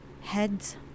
Heads